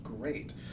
Great